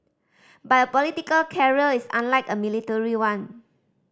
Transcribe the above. but a political career is unlike a military one